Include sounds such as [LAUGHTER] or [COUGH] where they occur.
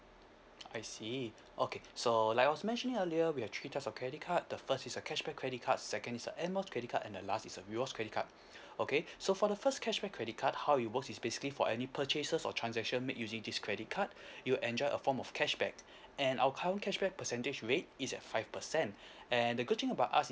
I see okay so like I was mentioning earlier we have three types of credit card the first is a cashback credit card second is a air miles credit card and the last is a rewards credit card [BREATH] okay so for the first cashback credit card how it work is basically for any purchases or transaction made using this credit card [BREATH] you'll enjoy a form of cashback and out count cashback percentage rate is at five percent [BREATH] and the good thing about us